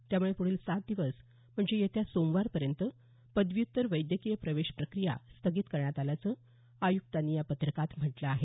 त्यामुळे प्रढील सात दिवस म्हणजे येत्या सोमवारपर्यंत पदव्युत्तर वैद्यकीय प्रवेश प्रक्रिया स्थगित करण्यात आल्याचं आयुक्तांनी या पत्रकात म्हटलं आहे